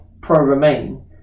pro-Remain